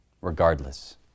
regardless